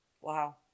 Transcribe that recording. Wow